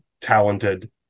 talented